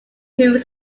hugh